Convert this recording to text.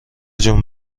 جون